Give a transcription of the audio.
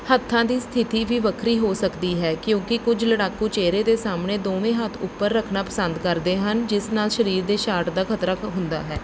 ਹੱਥਾਂ ਦੀ ਸਥਿਤੀ ਵੀ ਵੱਖਰੀ ਹੋ ਸਕਦੀ ਹੈ ਕਿਉਂਕਿ ਕੁਝ ਲੜਾਕੂ ਚਿਹਰੇ ਦੇ ਸਾਹਮਣੇ ਦੋਵੇਂ ਹੱਥ ਉੱਪਰ ਰੱਖਣਾ ਪਸੰਦ ਕਰਦੇ ਹਨ ਜਿਸ ਨਾਲ ਸਰੀਰ ਦੇ ਸ਼ਾਟ ਦਾ ਖਤਰਾ ਵੀ ਹੁੰਦਾ ਹੈ